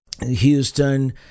Houston